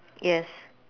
yes